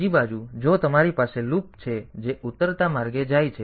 બીજી બાજુ જો તમારી પાસે લૂપ છે જે ઉતરતા માર્ગે જાય છે